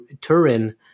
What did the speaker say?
turin